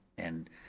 and,